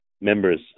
members